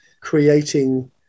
creating